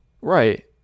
Right